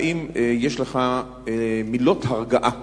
האם יש לך מילות הרגעה